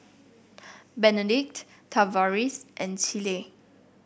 Benedict Tavaris and Celie